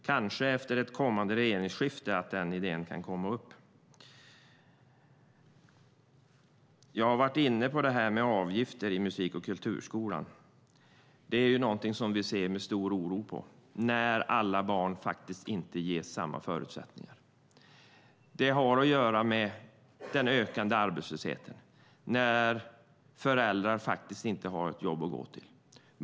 Kanske kan det tas upp igen efter ett kommande regeringsskifte. Jag har varit inne på avgifterna i musik och kulturskolan. Vi ser med stor oro på att alla barn inte ges samma förutsättningar. I och med den ökande arbetslösheten har alla föräldrar inte ett jobb att gå till.